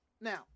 Now